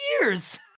years